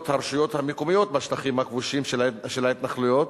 הרשויות המקומיות בשטחים הכבושים של ההתנחלויות,